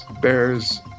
bears